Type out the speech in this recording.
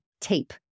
tape